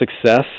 success